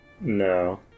No